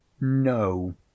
no